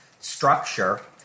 structure